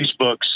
Facebooks